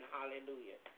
Hallelujah